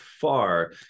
far